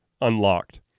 unlocked